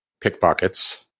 pickpockets